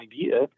idea